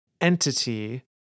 entity